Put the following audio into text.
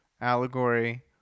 allegory